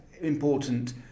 important